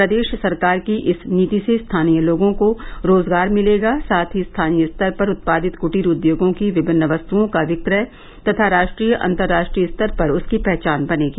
प्रदेश सरकार की इस नीति से स्थानीय लोगों को रोजगार मिलेगा साथ ही स्थानीय स्तर पर उत्पादित कृटीर उद्योगों की विभिन्न वस्तुओं का विक्रय व राष्ट्रीय अन्तराष्ट्रीय स्तर पर उसकी पहचान बनेगी